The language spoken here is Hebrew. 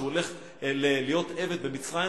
שהוא הולך להיות עבד במצרים,